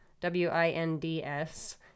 W-I-N-D-S